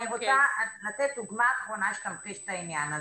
אני רוצה לתת דוגמה אחרונה שתמחיש את העניין הזה.